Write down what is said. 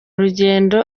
rugendo